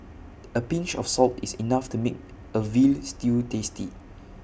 A pinch of salt is enough to make A Veal Stew tasty